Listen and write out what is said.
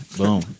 boom